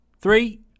Three